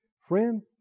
Friend